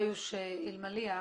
עיוש אלמליח.